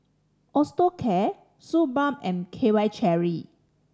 Osteocare Suu Balm and K Y Jelly